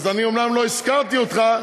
אז אני אומנם לא הזכרתי אותך.